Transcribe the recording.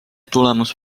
tulemus